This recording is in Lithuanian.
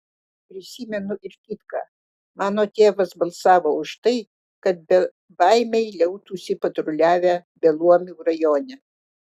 prisimenu ir kitką mano tėvas balsavo už tai kad bebaimiai liautųsi patruliavę beluomių rajone